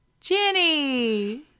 jenny